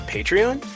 Patreon